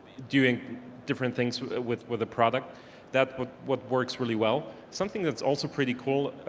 doing different things with with with a product that what works really well. something that's also pretty cool,